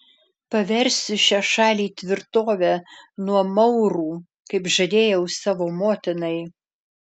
paversiu šią šalį tvirtove nuo maurų kaip žadėjau savo motinai